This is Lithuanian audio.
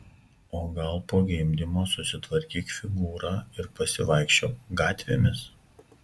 o gal po gimdymo susitvarkyk figūrą ir pasivaikščiok gatvėmis